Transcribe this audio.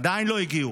עדיין לא הגיעו.